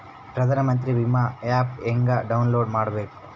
ಪ್ರಧಾನಮಂತ್ರಿ ವಿಮಾ ಆ್ಯಪ್ ಹೆಂಗ ಡೌನ್ಲೋಡ್ ಮಾಡಬೇಕು?